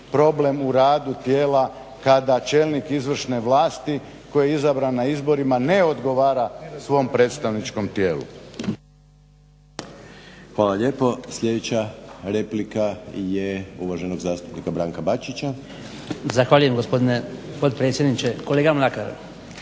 problem u radu tijela kada čelnik izvršne vlasti koji je izabran na izborima ne odgovara svom predstavničkom tijelu.